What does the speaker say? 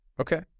Okay